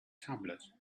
tablet